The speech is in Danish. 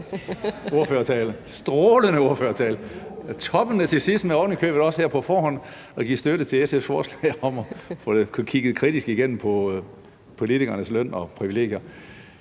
ordførertale – strålende ordførertale – toppende til sidst med ovenikøbet her på forhånd at give støtte til SF's forslag om at få kigget kritisk på politikernes løn og privilegier.